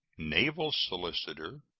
naval solicitor,